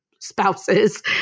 spouses